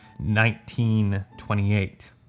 1928